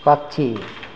पक्षी